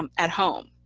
um at home.